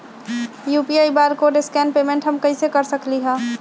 UPI barcode scan payment हम कईसे कर सकली ह?